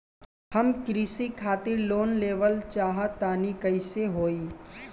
हम कृषि खातिर लोन लेवल चाहऽ तनि कइसे होई?